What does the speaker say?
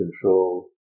control